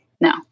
No